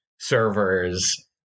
servers